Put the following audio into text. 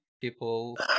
people